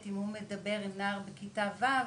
אם הוא מדבר אל נער בכיתה ו',